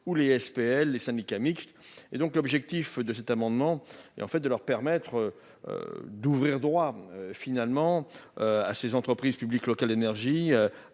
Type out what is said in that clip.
où SPL. Les syndicats mixtes et donc l'objectif de cet amendement. Et en fait, de leur permettre. D'ouvrir droit finalement. À ces entreprises publiques locales énergie